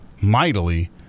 Mightily